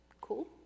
Cool